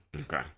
Okay